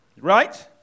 right